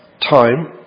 time